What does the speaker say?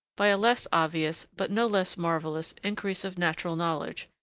by a less obvious, but no less marvellous, increase of natural knowledge,